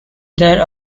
there